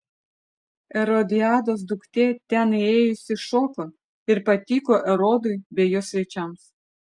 erodiados duktė ten įėjusi šoko ir patiko erodui bei jo svečiams